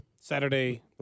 Saturday